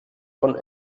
von